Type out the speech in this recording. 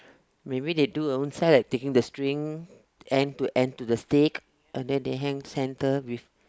maybe they do their ownself like taking the string and then to add to the stick and then they hang center with